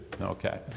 Okay